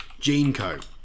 Geneco